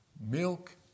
milk